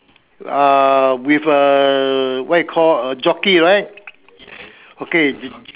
uh with a what you call a jockey right okay